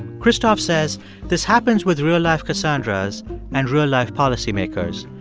christoph says this happens with real-life cassandras and real-life policymakers.